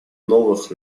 новых